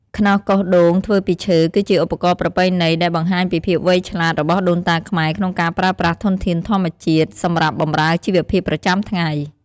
ខ្នោសកោសដូងធ្វើពីឈើ គឺជាឧបករណ៍ប្រពៃណីដែលបង្ហាញពីភាពវៃឆ្លាតរបស់ដូនតាខ្មែរក្នុងការប្រើប្រាស់ធនធានធម្មជាតិសម្រាប់បម្រើជីវភាពប្រចាំថ្ងៃ។